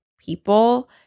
people